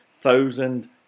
thousand